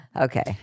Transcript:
Okay